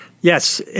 Yes